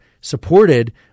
supported